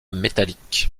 métallique